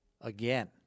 again